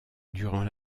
durant